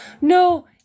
No